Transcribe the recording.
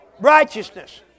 Righteousness